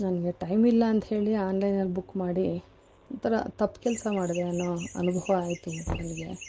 ನನಗೆ ಟೈಮ್ ಇಲ್ಲ ಅಂತ ಹೇಳಿ ಆನ್ಲೈನಲ್ಲಿ ಬುಕ್ ಮಾಡಿ ಈ ಥರ ತಪ್ಪು ಕೆಲಸ ಮಾಡಿದೆ ಅನ್ನೋ ಅನುಭವ ಆಯಿತು ನನಗೆ